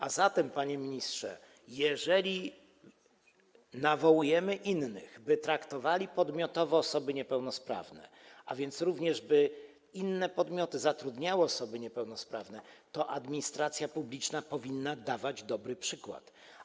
A zatem, panie ministrze, jeżeli nawołujemy innych, by traktowali podmiotowo osoby niepełnosprawne, a więc również by inne podmioty zatrudniały osoby niepełnosprawne, to administracja publiczna powinna dawać dobry przykład.